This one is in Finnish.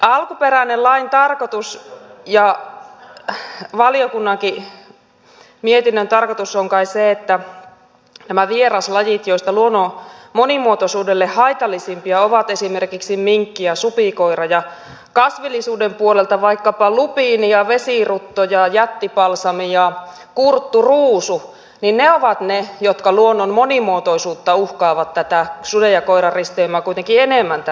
alkuperäinen lain tarkoitus ja valiokunnankin mietinnön tarkoitus on kai se että nämä vieraslajit joista luonnon monimuotoisuudelle haitallisimpia ovat esimerkiksi minkki ja supikoira ja kasvillisuuden puolelta vaikkapa lupiini ja vesirutto ja jättipalsami ja kurtturuusu ovat ne jotka luonnon monimuotoisuutta uhkaavat kuitenkin tätä suden ja koiran risteymää enemmän tällä hetkellä